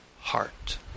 heart